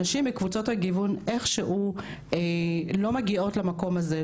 הנשים מקבוצות הגיוון איכשהו לא מגיעות למקום הזה,